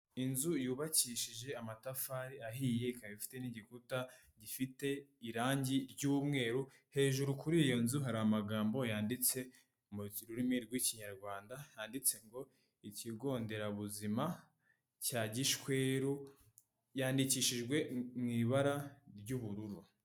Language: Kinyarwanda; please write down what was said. Inzu yubakishije amatafari ahiye, ikaba ifite n'igikuta gifite irangi ry'umweru, hejuru kuri iyo nzu hari amagambo yanditse mu rurimi rw'ikinyarwanda, handitse ngo ikigo nderabuzima cya Gishweru, yandikishijwe mu ibara ry'ubururu.